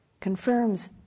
confirms